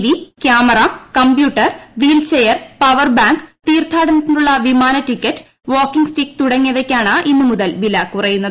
V camera computer wheelchair power bank തീർത്ഥാടനത്തിനുള്ള വിമാന ticket walking stick തുടങ്ങിയവക്കാണ് ഇന്ന് മുതൽ വില കുറയുന്നത്